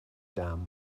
dam